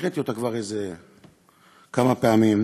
הקראתי אותה כבר כמה פעמים,